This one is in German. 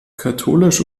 katholisch